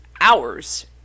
hours